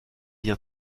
bien